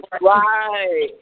Right